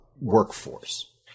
workforce